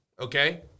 Okay